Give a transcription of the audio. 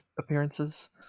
appearances